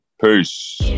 peace